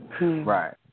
Right